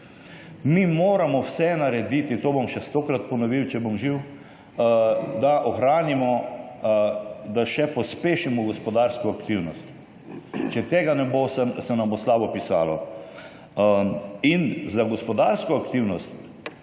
Mi moramo vse narediti, to bom še stokrat ponovil, če bom živ, da ohranimo, da še pospešimo gospodarsko aktivnost. Če tega ne bo, se nam bo slabo pisalo. Za gospodarsko aktivnost